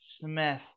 Smith